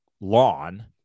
lawn